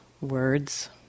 words